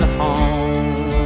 home